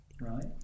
Right